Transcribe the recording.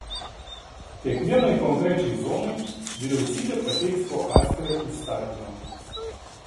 kiekvienai konkrečiai zonai vyriausybė pateiks po atskirą įstatymą